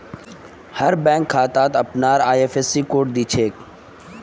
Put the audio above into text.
हर bank खातात अपनार IFSC code दि छे